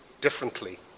differently